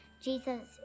Jesus